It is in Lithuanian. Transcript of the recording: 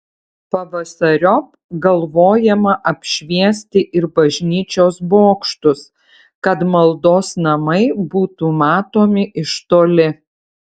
pavasariop galvojama apšviesti ir bažnyčios bokštus kad maldos namai būtų matomi iš toli